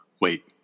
wait